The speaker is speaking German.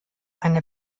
eine